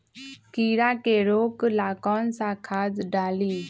कीड़ा के रोक ला कौन सा खाद्य डाली?